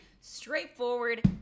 straightforward